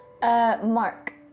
Mark